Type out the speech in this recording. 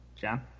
John